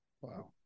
wow